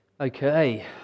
Okay